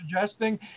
suggesting